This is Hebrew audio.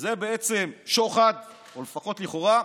זה בעצם שוחד, או לפחות לכאורה,